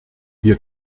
wir